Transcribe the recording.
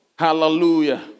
Hallelujah